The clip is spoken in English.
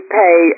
pay